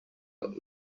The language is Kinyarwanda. umuntu